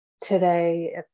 today